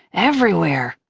everywhere.